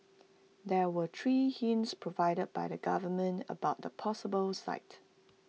there were three hints provided by the government about the possible site